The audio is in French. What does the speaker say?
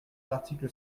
l’article